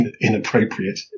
inappropriate